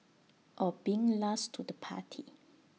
or being last to the party